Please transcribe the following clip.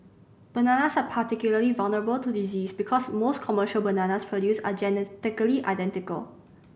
bananas are particularly vulnerable to disease because most commercial bananas produced are genetically identical